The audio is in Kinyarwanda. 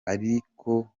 ariko